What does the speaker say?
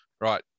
right